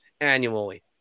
annually